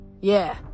Yeah